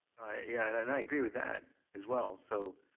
yeah and and i agree with that, as well. so